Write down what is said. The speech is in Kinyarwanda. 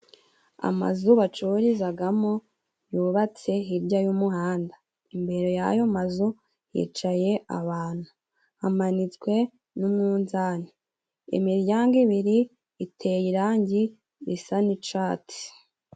Amazu bacururizagamo yubatse hirya y'umuhanda, imbere y'ayo mazu hicaye abantu hamanitswe n'umuzani, imiryango ibiri iteye irangi risa n'icatsi.